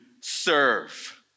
serve